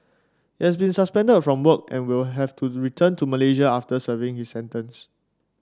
he has been suspended from work and will have to return to Malaysia after serving his sentence